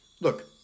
Look